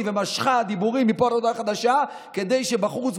ומשכה דיבורים מפה עד להודעה חדשה כדי שבחוץ,